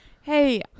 hey